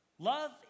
Love